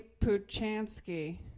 Puchansky